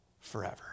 forever